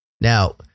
Now